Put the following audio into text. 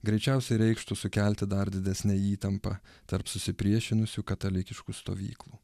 greičiausiai reikštų sukelti dar didesnę įtampą tarp susipriešinusių katalikiškų stovyklų